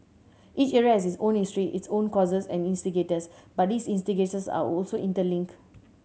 each area has its own history its own causes and instigators but these instigators are also interlinked